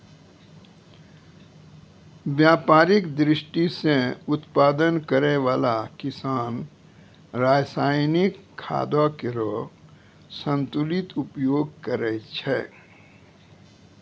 व्यापारिक दृष्टि सें उत्पादन करै वाला किसान रासायनिक खादो केरो संतुलित उपयोग करै छै